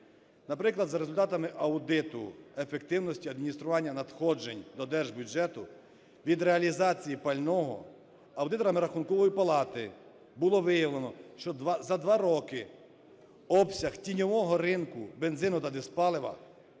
Наприклад, за результатами аудиту ефективності адміністрування надходжень до держбюджету від реалізації пального аудиторами Рахункової палати було виявлено, що за 2 роки обсяг тіньового ринку бензину та дизпалива